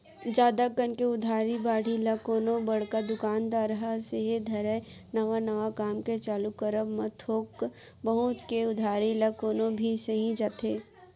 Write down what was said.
जादा कन के उधारी बाड़ही ल कोनो बड़का दुकानदार ह सेहे धरय नवा नवा काम के चालू करब म थोक बहुत के उधारी ल कोनो भी सहि जाथे